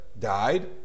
died